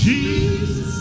Jesus